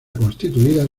constituida